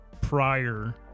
prior